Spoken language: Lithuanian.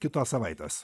kitos savaitės